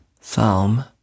Psalm